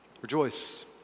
Rejoice